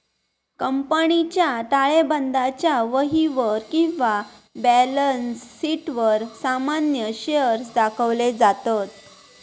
कंपनीच्या ताळेबंदाच्या वहीवर किंवा बॅलन्स शीटवर सामान्य शेअर्स दाखवले जातत